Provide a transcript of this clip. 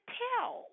tell